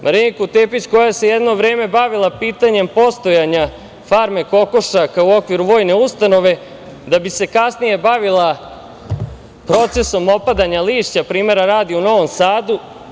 Mariniku Tepićku, koja se jedno vreme bavila pitanjem postojanja farme kokošaka u okviru vojne ustanove da bi se kasnije bavila procesom opadanja lišća, primera radi, u Novom Sadu.